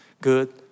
good